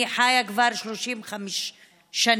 אני חיה הכבר 35 שנים